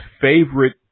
favorite